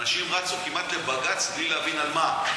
אנשים כמעט רצו לבג"ץ בלי להבין על מה.